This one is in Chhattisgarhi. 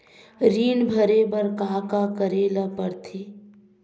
ऋण भरे बर का का करे ला परथे?